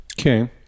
Okay